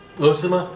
oh 是吗